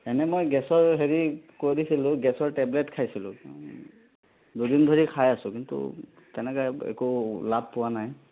এনে মই গেছৰ হেৰি কৰিছিলোঁ গেছৰ টেবলেট খাইছিলোঁ দুদিন ধৰি খাই আছোঁ কিন্তু তেনেকে এক একো লাভ পোৱা নাই